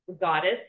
goddess